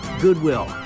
Goodwill